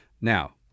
Now